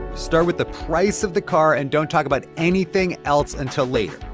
start with the price of the car and don't talk about anything else until later.